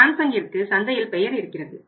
சாம்சங்கிற்கு சந்தையில் பெயர் இருக்கிறது